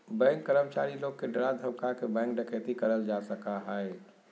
bank कर्मचारी लोग के डरा धमका के बैंक डकैती करल जा सका हय